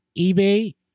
eBay